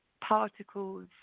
particles